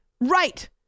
Right